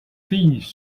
fills